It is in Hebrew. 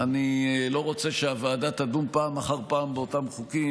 אני לא רוצה שהוועדה תדון פעם אחר פעם באותם חוקים,